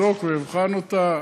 אני אבדוק ואבחן אותה.